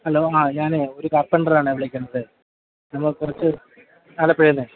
hello ആ ഞാനെ ഒരു കാർപെൻറ്ററാണെ വിളിക്കുന്നത് അപ്പോള് കുറച്ച് ആലപ്പുഴേന്നെ